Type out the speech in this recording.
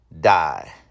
die